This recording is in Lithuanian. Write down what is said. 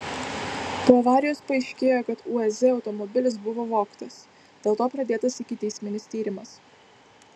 po avarijos paaiškėjo kad uaz automobilis buvo vogtas dėl to pradėtas ikiteisminis tyrimas